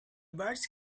birch